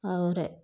और